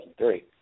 2003